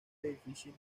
edificio